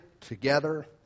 together